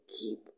keep